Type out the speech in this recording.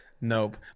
nope